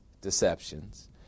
deceptions